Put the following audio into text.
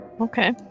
Okay